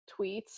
tweets